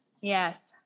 Yes